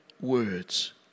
words